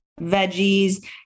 veggies